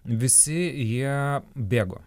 visi jie bėgo